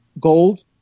gold